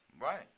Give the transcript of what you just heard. Right